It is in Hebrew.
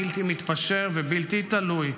בלתי מתפשר ובלתי תלוי,